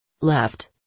Left